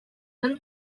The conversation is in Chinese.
东南